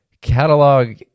catalog